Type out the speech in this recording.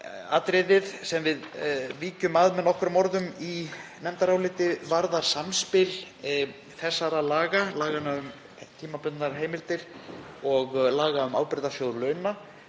atriðið sem við víkjum að nokkrum orðum í nefndaráliti varðar samspil þessara laga, laga um tímabundnar heimildir og laga um Ábyrgðasjóð launa.